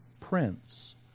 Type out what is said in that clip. prince